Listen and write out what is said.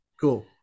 Cool